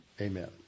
Amen